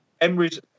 Emery's